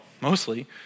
mostly